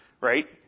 right